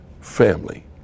family